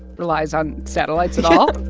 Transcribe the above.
relies on satellites at all?